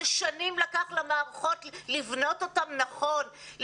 ששנים לקח למערכות לבנות אותן נכון,